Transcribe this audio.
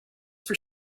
for